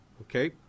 okay